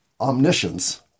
omniscience